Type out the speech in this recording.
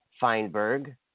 Feinberg